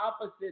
opposite